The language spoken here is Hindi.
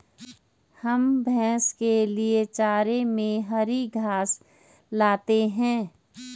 हम भैंस के लिए चारे में हरी घास लाते हैं